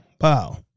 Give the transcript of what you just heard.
Wow